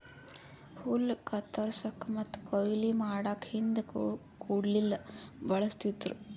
ಹುಲ್ಲ್ ಕತ್ತರಸಕ್ಕ್ ಮತ್ತ್ ಕೊಯ್ಲಿ ಮಾಡಕ್ಕ್ ಹಿಂದ್ ಕುಡ್ಗಿಲ್ ಬಳಸ್ತಿದ್ರು